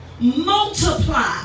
multiply